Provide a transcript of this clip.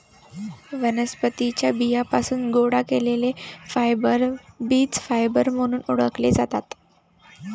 वनस्पतीं च्या बियांपासून गोळा केलेले फायबर बीज फायबर म्हणून ओळखले जातात